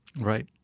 Right